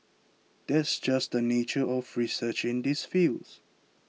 that's just the nature of research in these fields